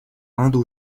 indo